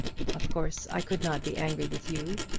of course i could not be angry with you.